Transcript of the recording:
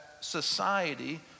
society